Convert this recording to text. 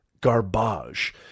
garbage